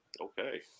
Okay